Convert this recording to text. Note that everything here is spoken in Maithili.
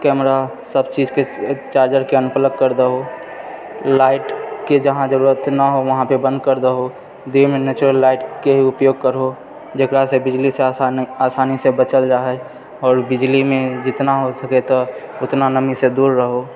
कैमरासभ चीज के चार्जरके अनप्लग कर दहौ हतु लाइटके जहाँ जरूरत नहि हो वहाँ भी बंद कर दहौ दिनमे नेचुरल लाइटके ही उपयोग करहौ जकरासँ बिजलीसे आसानीसे बचल जाए हइ आओर बिजलीमे जितना हो सके तऽ उतना नमीसँ दूर रहहौ